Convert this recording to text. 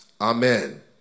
Amen